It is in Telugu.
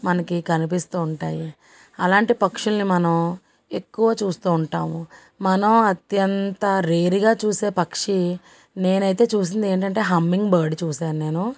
మనకి కనిపిస్తూ ఉంటాయి అలాంటి పక్షుల్ని మనం ఎక్కువ చూస్తూ ఉంటాము మనం అత్యంత రేర్గా చూసే పక్షి నేను అయితే చూసింది ఏంటంటే హమ్మింగ్ బర్డ్ చూసాను నేను